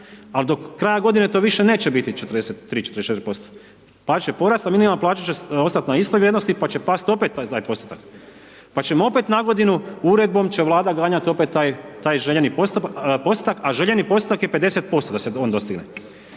ali do kraja godine to više neće biti 43, 44%. Plaće će porasti a minimalna plaća će ostati na istoj vrijednosti pa će past opet za taj postotak pa ćemo opet na godinu, uredbom će Vlada ganjati opet taj željeni postotak a željeni postotak je 50% da se on dostigne.